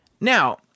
Now